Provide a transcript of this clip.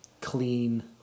clean